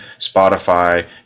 Spotify